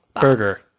burger